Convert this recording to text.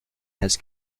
has